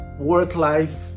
work-life